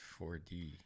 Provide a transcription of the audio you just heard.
4D